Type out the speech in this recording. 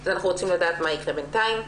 אנחנו רוצים לדעת מה יקרה בינתיים.